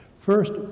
First